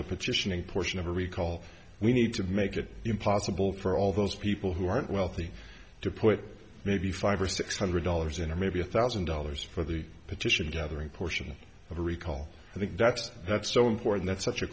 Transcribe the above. petitioning portion of a recall we need to make it impossible for all those people who aren't wealthy to put maybe five or six hundred dollars in or maybe a thousand dollars for the petition gathering portion of a recall i think that's that's so important that's such a